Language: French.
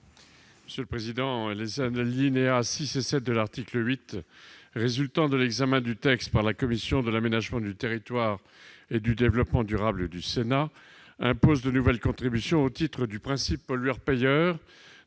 n° 243 rectifié. Les alinéas 6 et 7 de l'article 8, résultant de l'examen du texte par la commission de l'aménagement du territoire et du développement durable du Sénat, imposent de nouvelles contributions au titre du principe pollueur-payeur,